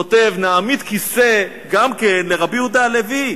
כותב: "נעמיד כיסא גם לרבי יהודה הלוי,